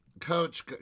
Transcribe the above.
Coach